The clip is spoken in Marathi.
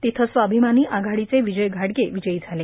तिथं स्वाभीमानी आघाडीचे विजय घाडगे विजयी झाले